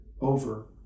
over